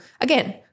again